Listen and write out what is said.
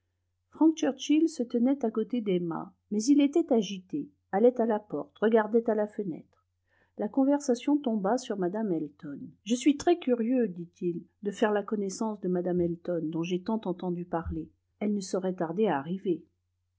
churchill se tenait à côté d'emma mais il était agité allait à la porte regardait à la fenêtre la conversation tomba sur mme elton je suis très curieux dit-il de faire la connaissance de mme elton dont j'ai tant entendu parler elle ne saurait tarder à arriver